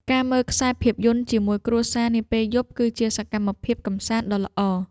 ការមើលខ្សែភាពយន្តជាមួយគ្រួសារនាពេលយប់ គឺជាសកម្មភាពកម្សាន្តដ៏ល្អ។